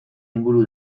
inguru